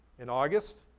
in august,